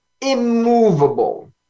immovable